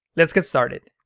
let's get started.